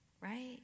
right